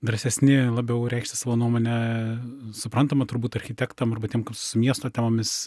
drąsesni labiau reikšti savo nuomonę suprantama turbūt architektam arba tiem kam su miesto temomis